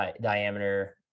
diameter